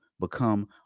become